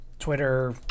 Twitter